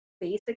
basic